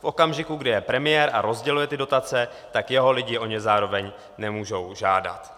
V okamžiku, kdy je premiér a rozděluje ty dotace, tak jeho lidi o ně zároveň nemůžou žádat.